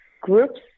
groups